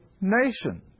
nation